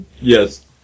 Yes